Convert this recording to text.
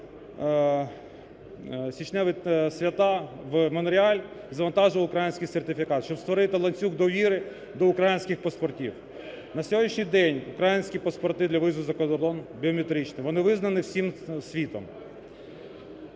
січневі свята в Монреаль, завантажував український сертифікат, щоб створити ланцюг довіри до українських паспортів. На сьогоднішній день українські паспорти для виїзду за кордон біометричні, вони визнані всім світом.